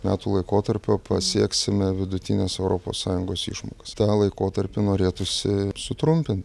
metų laikotarpio pasieksime vidutines europos sąjungos išmokas tą laikotarpį norėtųsi sutrumpin